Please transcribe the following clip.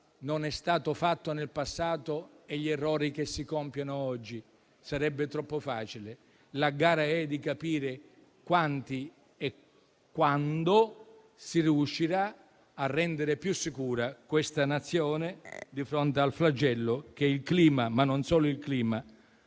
non è stato fatto nel passato e gli errori che si compiono oggi; sarebbe troppo facile. La gara è volta a comprendere quanto e quando si riuscirà a rendere più sicura questa Nazione di fronte al flagello che il clima, ma non solo, ci